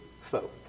folk